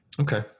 Okay